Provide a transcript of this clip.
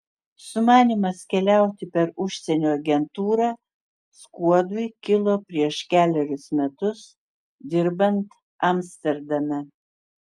sumanymas keliauti per užsienio agentūrą skuodui kilo prieš kelerius metus dirbant amsterdame